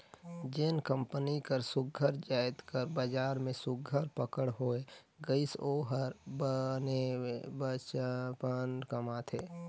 जेन कंपनी कर सुग्घर जाएत कर बजार में सुघर पकड़ होए गइस ओ हर बनेचपन कमाथे